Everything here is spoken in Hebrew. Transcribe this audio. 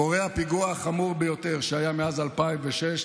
קורה הפיגוע החמור ביותר שהיה מאז 2006,